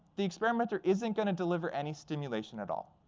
the experimenter isn't going to deliver any stimulation at all.